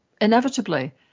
inevitably